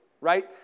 right